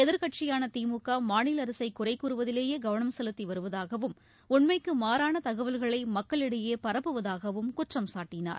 எதிர்க்கட்சியான திமுக மாநில அரசை குறை கூறுவதிலேயே கவனம் செலுத்தி வருவதாகவும் உண்மைக்கு மாறான தகவல்களை மக்களிடையே பரப்புவதாகவும் குற்றம் சாட்டினார்